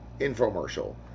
infomercial